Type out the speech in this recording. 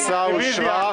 ההצעה אושרה.